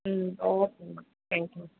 ம் ஓகேம்மா தேங்க்யூம்மா